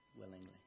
willingly